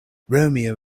romeo